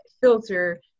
filter